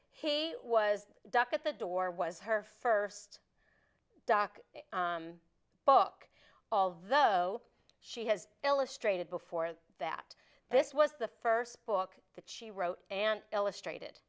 he was docked at the door was her first doc book although she has illustrated before that this was the first book that she wrote and illustrated